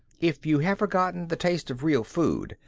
if you have forgotten the taste of real food,